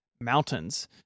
mountains